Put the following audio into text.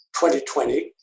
2020